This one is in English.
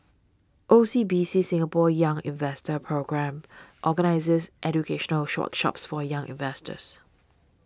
O C B C Singapore's Young Investor Programme organizes educational shop shops for young investors